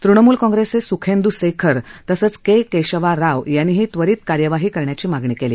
तृणमुल काँग्रेसचे सुखेंद् सेखर तसंच के केशवा राव यांनीही त्वरित कार्यवाही करण्याची मागणी केली